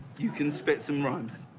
you can spit some rhyme. so